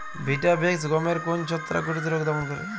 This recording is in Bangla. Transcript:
ভিটাভেক্স গমের কোন ছত্রাক ঘটিত রোগ দমন করে?